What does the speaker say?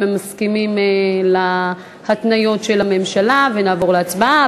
אם הם מסכימים להתניות של הממשלה ונעבור להצבעה.